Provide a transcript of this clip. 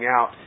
out